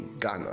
Ghana